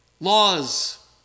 laws